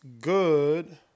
good